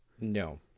No